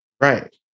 Right